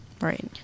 right